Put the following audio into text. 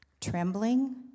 Trembling